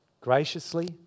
Graciously